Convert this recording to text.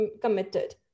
committed